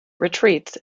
retreats